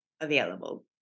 available